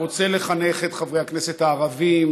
הוא רוצה לחנך את חברי הכנסת הערבים,